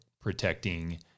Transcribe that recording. protecting